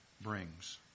brings